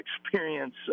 experience